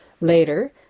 later